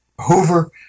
Hoover